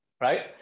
right